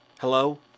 Hello